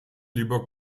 lieber